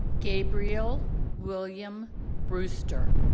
gabriel william brewster